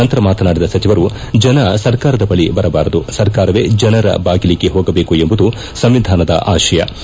ನಂತರ ಮಾತನಾಡಿದ ಸಚಿವರು ಜನ ಸರ್ಕಾರದ ಬಳಿ ಬರಬಾರದು ಸರ್ಕಾರವೇ ಜನರ ಬಾಗಿಲಿಗೆ ಹೋಗಬೇಕು ಎಂಬುದು ಸಂವಿಧಾನದ ಆಶಯವಾಗಿದೆ